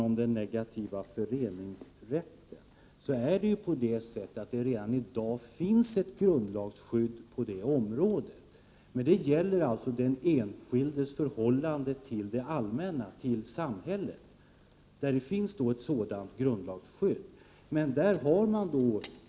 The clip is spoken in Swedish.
För den negativa föreningsrätten finns det redan i dag ett grundlagsskydd. Men det gäller den enskildes förhållande till det allmänna, till samhället. Där finns ett sådant grundlagsskydd.